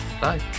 Bye